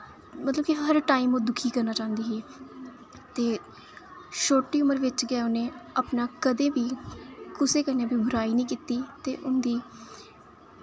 मतलब कि हर टाइम ओह् दुखी करना चांह्दी ही ते छोटी उमर बिच गै उ'नें अपना कदें बी कुसै कन्नै बी बुराई निं कीती ते उं'दी